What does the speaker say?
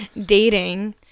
dating